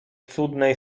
cudnej